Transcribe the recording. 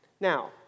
Now